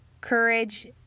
Courage